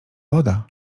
woda